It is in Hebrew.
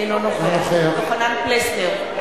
אינו נוכח יוחנן פלסנר,